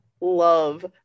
love